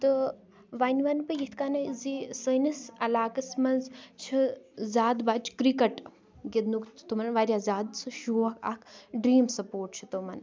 تہٕ وۄنۍ وَنہٕ بہٕ یِتھ کَنَن زِ سٲنِس علاقس منٛز چھِ زیادٕ بَچہِ کِرکَٹ گِندنُک چھُ تِمَن واریاہ زیادٕ سُہ شوق اَکھ ڈریٖم سَپوٹ چھُ تِمَن